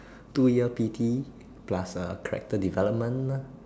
two year P_T plus uh character development